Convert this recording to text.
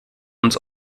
uns